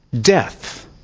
death